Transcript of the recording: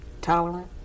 tolerant